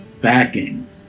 backing